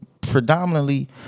predominantly